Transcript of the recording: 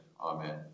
Amen